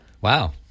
wow